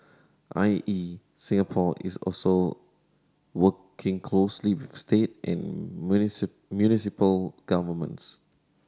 I E Singapore is also working closely with state and municipal governments